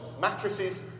mattresses